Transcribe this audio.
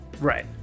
Right